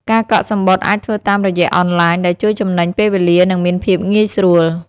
ការកក់សំបុត្រអាចធ្វើតាមរយៈអនឡាញដែលជួយចំណេញពេលវេលានិងមានភាពងាយស្រួល។